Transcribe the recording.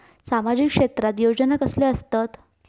सामाजिक क्षेत्रात योजना कसले असतत?